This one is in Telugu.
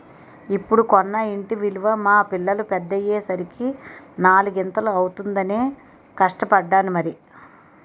ఇప్పుడు కొన్న ఇంటి విలువ మా పిల్లలు పెద్దయ్యే సరికి నాలిగింతలు అవుతుందనే కష్టపడ్డాను మరి